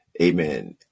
Amen